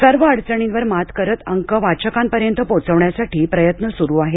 सर्व अडचणींवर मात करत अंक वाचकांपर्यंत पोहोचण्यासाठी प्रयत्न सुरू आहेत